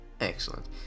excellent